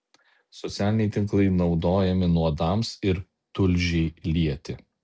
socialiniai tinklai naudojami nuodams ir tulžiai lieti